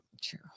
True